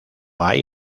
hay